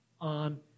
on